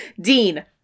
Dean